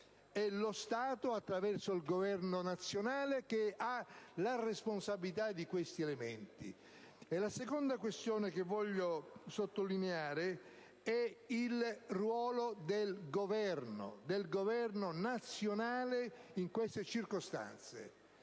È lo Stato, attraverso il Governo nazionale, che ha la responsabilità di questi elementi. Il secondo aspetto che voglio sottolineare è il ruolo del Governo nazionale in queste circostanze.